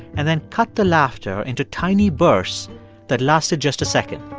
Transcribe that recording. and then cut the laughter into tiny bursts that lasted just a second.